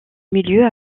milieu